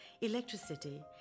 electricity